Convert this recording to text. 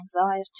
anxiety